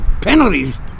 penalties